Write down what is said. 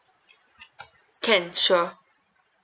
can sure